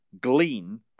glean